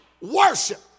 worship